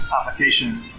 application